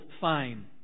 fine